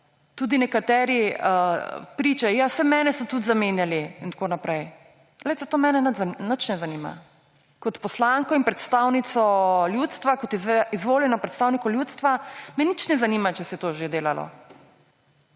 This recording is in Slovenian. Tudi nekatere priče – Ja, saj mene so tudi zamenjali, in tako naprej. To mene nič ne zanima. Kot poslanko in predstavnico ljudstva, kot izvoljeno predstavnico ljudstva me nič ne zanima, če se je to že delalo.